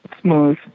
smooth